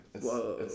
Whoa